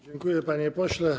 Dziękuję, panie pośle.